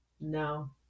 No